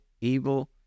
evil